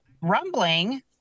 rumbling